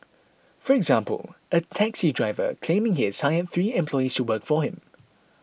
for example a taxi driver claiming he has hired three employees to work for him